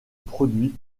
produits